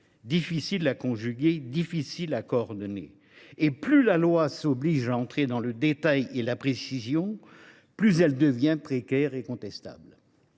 difficiles à conjuguer et à coordonner ! Plus la loi s’oblige à entrer dans le détail et la précision, plus elle devient précaire et contestable.